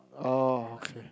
oh okay